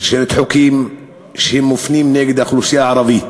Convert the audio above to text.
שרשרת חוקים שמופנים נגד האוכלוסייה הערבית,